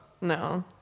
No